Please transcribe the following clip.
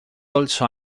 also